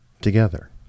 together